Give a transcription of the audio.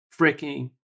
freaking